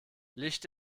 licht